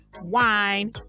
Wine